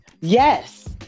Yes